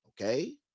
okay